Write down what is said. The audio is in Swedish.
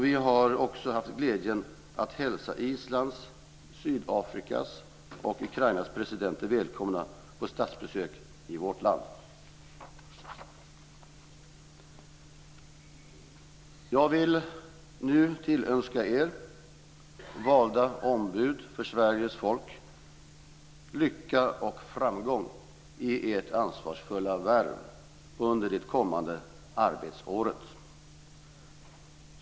Vi har också haft glädjen att hälsa Islands, Sydafrikas och Ukrainas presidenter välkomna på statsbesök i vårt land. Jag vill nu tillönska er, valda ombud för Sveriges folk, lycka och framgång i ert ansvarsfulla värv under det kommande arbetsåret.